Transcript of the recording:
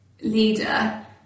leader